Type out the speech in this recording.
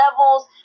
levels